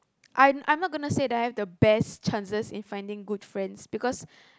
I'm I'm not going to say that I have the best chances in finding good friends because